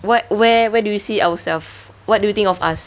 what where where do you see ourselves what do you think of us